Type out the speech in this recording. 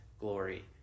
glory